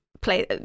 play